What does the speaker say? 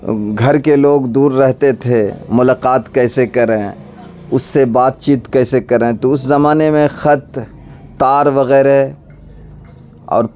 گھر کے لوگ دور رہتے تھے ملاقات کیسے کریں اس سے بات چیت کیسے کریں تو اس زمانے میں خط تار وغیرہ اور